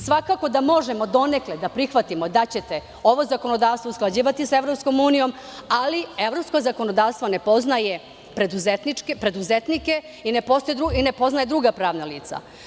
Svakako da možemo donekle da prihvatimo da ćete ovo zakonodavstvo usklađivati sa Evropskom unijom, ali evropsko zakonodavstvo ne poznaje preduzetnike i ne poznaje druga pravna lica.